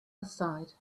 aside